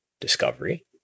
Discovery